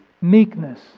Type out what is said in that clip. meekness